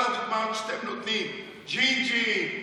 כל הדוגמאות שאתם נותנים: ג'ינג'י,